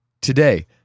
Today